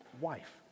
wife